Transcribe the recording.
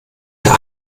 der